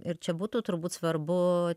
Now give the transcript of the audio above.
ir čia būtų turbūt svarbu